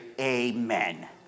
Amen